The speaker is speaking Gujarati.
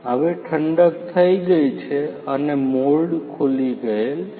હવે ઠંડક થઇ ગઈ છે અને મોલ્ડ ખુલી ગયેલ છે